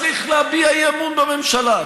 צריך להביע אי-אמון בממשלה.